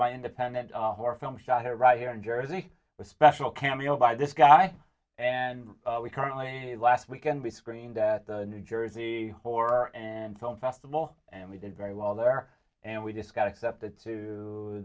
my independent film shot right here in jersey with special cameo by this guy and we currently the last we can be screened at the new jersey four and film festival and we did very well there and we just got accepted to